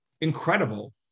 incredible